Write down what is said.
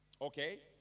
okay